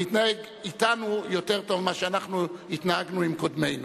להתנהג אתנו יותר טוב מאשר אנחנו התנהגנו עם קודמינו.